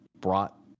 brought